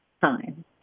time